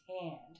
hand